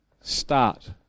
Start